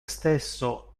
stesso